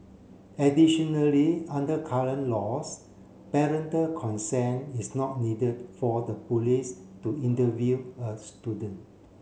additionally under current laws parental consent is not needed for the police to interview a student